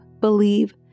believe